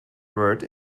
word